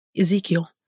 ezekiel